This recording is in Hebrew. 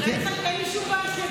אין לי שום בעיה שיהיה